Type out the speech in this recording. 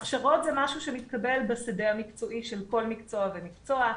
הכשרות זה משהו שמתקבל בשדה המקצועי של כל מקצוע ומקצוע.